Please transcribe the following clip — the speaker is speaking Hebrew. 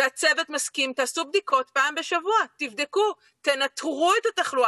אמש הגעתי הביתה בסביבות השעה 21:00. אני נכנס לרחוב,